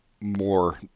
more